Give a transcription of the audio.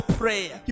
prayer